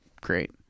great